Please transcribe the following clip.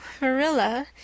Marilla